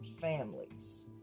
families